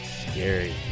scary